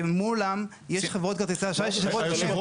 שמולם יש חברות כרטיסי אשראי ששוות --- שנייה,